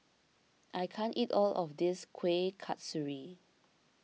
I can't eat all of this Kueh Kasturi